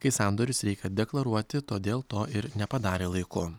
kai sandorius reikia deklaruoti todėl to ir nepadarė laiku